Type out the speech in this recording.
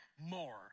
more